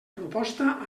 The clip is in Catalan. proposta